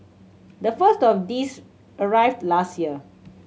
the first of these arrived last year